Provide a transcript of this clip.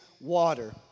water